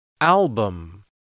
Album